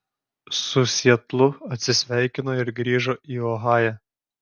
su sietlu atsisveikino ir grįžo į ohają